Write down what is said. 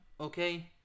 okay